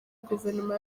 guverinoma